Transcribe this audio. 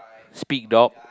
speak dog